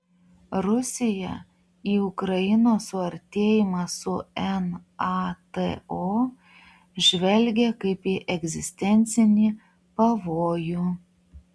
rusiją į ukrainos suartėjimą su nato žvelgia kaip į egzistencinį pavojų